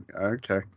okay